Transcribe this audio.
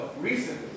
recently